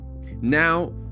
Now